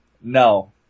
No